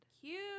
Cute